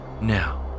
Now